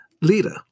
leader